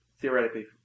theoretically